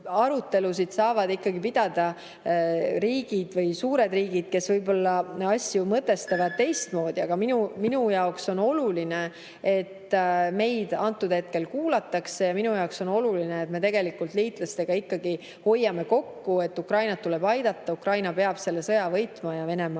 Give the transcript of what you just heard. arutelusid saavad ikkagi pidada riigid või suured riigid, kes võib-olla asju mõtestavad teistmoodi. Aga minu jaoks on oluline, et meid antud hetkel kuulatakse, ja minu jaoks on oluline, et me liitlastega ikkagi hoiame kokku, et Ukrainat tuleb aidata, Ukraina peab selle sõja võitma ja Venemaa